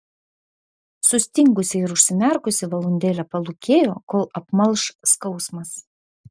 sustingusi ir užsimerkusi valandėlę palūkėjo kol apmalš skausmas